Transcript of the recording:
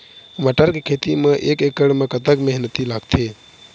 मटर के खेती म एक एकड़ म कतक मेहनती लागथे?